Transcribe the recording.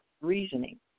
reasoning